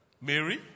Mary